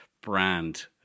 brand